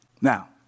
Now